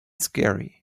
scary